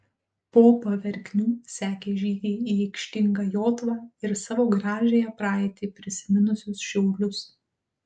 po paverknių sekė žygiai į aikštingą jotvą ir savo gražiąją praeitį prisiminusius šiaulius